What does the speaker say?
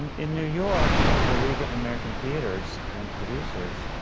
um in new york, the league of american theatres and producers